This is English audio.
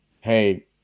Hey